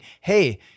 hey